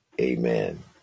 Amen